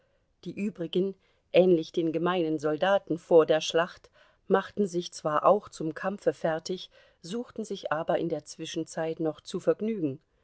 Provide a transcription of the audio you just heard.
die übrigen ähnlich den gemeinen soldaten vor der schlacht machten sich zwar auch zum kampfe fertig suchten sich aber in der zwischenzeit noch zu vergnügen